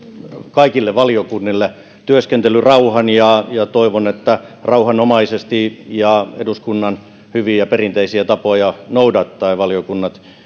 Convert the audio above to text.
kaikille valiokunnille työskentelyrauhan ja toivon että rauhanomaisesti ja eduskunnan hyviä perinteisiä tapoja noudattaen valiokunnat